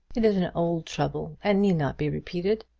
it is an old trouble, and need not be repeated.